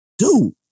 dude